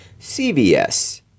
CVS